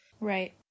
Right